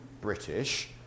British